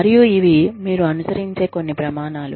మరియు ఇవి మీరు అనుసరించే కొన్ని ప్రమాణాలు